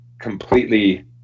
completely